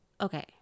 okay